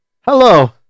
hello